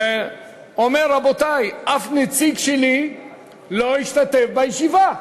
ואמר: רבותי, אף נציג שלי לא השתתף בישיבה.